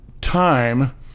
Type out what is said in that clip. time